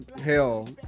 Hell